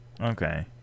okay